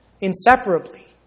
inseparably